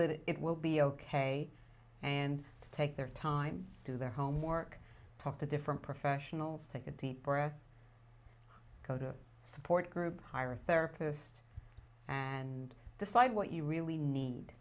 that it will be ok and take their time do their homework talk to different professionals take a deep breath go to a support group hire a therapist and decide what you really need